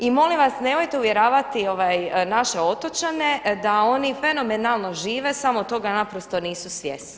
I molim vas nemojte uvjeravati naše otočane da oni fenomenalno žive samo toga naprosto nisu svjesni.